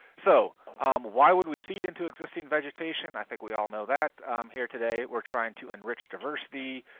so why would we seed into existing vegetation? i think we all know that here today. we're trying to enrich diversity.